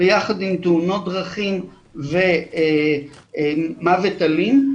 ביחד עם תאונות דרכים ומוות אלים,